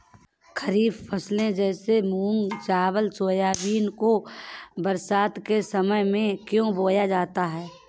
खरीफ फसले जैसे मूंग चावल सोयाबीन को बरसात के समय में क्यो बोया जाता है?